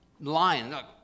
lion